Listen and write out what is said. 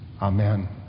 Amen